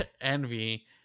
Envy